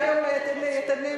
לא לא, רק תגיד לי אם זה "יתד נאמן",